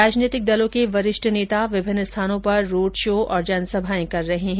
राजनीतिक दलों के वरिष्ठ नेता विभिन्न स्थानों पर रोड शो और जनसभाएं कर रहे हैं